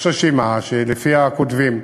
יש רשימה שלפיה כותבים,